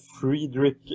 Friedrich